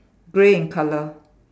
grey in colour